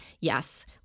yes